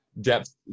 depth